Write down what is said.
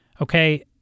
Okay